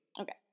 Okay